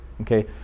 Okay